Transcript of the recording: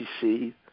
see